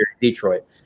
Detroit